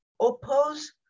oppose